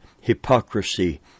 hypocrisy